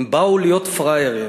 הם באו להיות פראיירים,